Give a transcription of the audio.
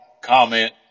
comment